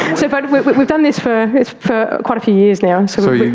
so but we've but we've done this for for quite a few years now. and so yeah